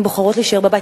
הן בוחרות להישאר בבית.